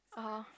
(aha)